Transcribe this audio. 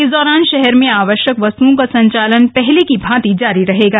इस दौरान शहर में आवश्यक वस्तओं का संचालन पहले की भांति जारी रहेगा